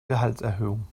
gehaltserhöhung